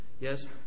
Yes